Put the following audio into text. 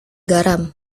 garam